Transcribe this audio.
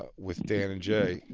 ah with dan and jay.